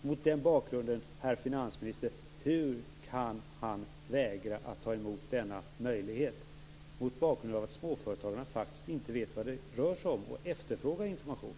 Mot denna bakgrund undrar jag hur finansministern kan vägra att ta emot denna möjlighet, mot bakgrund av att småföretagarna inte vet vad det rör sig om och att de efterfrågar information.